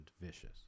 vicious